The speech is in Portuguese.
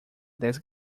dez